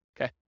Okay